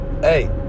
Hey